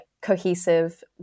cohesive